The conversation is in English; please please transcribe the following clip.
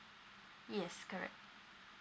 yes correct